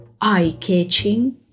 eye-catching